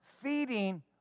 Feeding